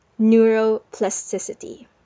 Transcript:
neuroplasticity